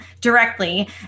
directly